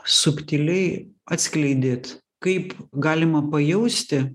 subtiliai atskleidėt kaip galima pajausti